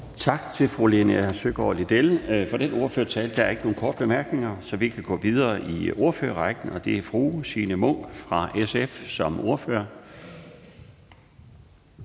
Tak til fru Linea Søgaard-Lidell for den ordførertale. Der er ikke nogen korte bemærkninger, så vi kan gå videre i ordførerrækken til fru Signe Munk som ordfører